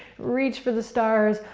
reach for the stars,